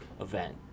event